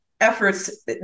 efforts